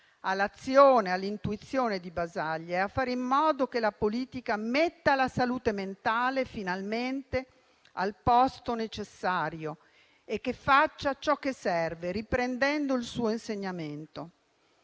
all'azione e all'intuizione di Basaglia e a fare in modo che la politica metta la salute mentale finalmente al posto necessario e faccia ciò che serve, riprendendo il suo insegnamento.